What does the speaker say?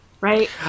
right